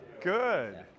good